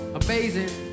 amazing